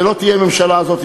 ולא תהיה הממשלה הזאת,